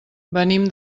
venim